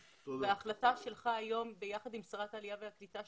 ההחלטה שלך היום ביחד עם שרת העלייה והקליטה,